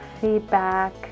feedback